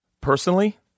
Personally